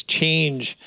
change